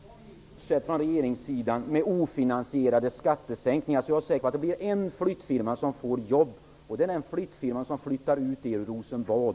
Herr talman! Fortsätter man från regeringssidan med ofinansierade skattesänkningar, är jag säker på att det blir en flyttfirma som får jobb, och det är den flyttfirma som flyttar ut er ur Rosenbad.